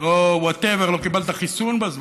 או whatever, לא קיבלת חיסון בזמן,